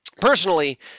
Personally